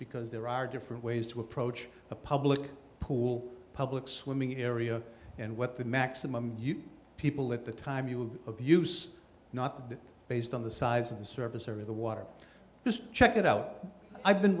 because there are different ways to approach a public pool public swimming area and what the maximum people at the time you will abuse not based on the size of the service or the water just check it out i've been